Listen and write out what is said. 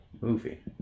movie